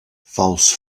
false